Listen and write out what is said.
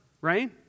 Right